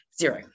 zero